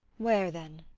where then?